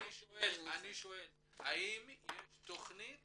אני שואל האם יש תכנית